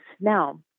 Now